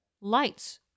lights